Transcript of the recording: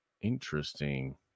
interesting